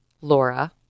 Laura